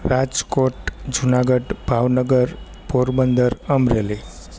Rajkot Junagadh Bhavnagar Porbandar Amreli